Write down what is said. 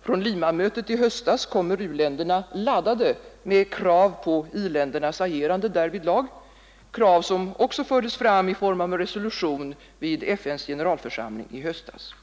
Från Limamötet i höstas kommer u-länderna laddade med krav på i-ländernas agerande därvidlag, krav som också fördes fram i form av en resolution vid FN:s generalförsamling i höstas.